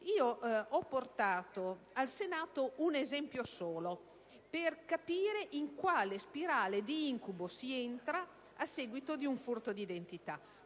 ho portato al Senato un solo esempio per far capire in quale spirale di incubo si entra a seguito di un furto di identità.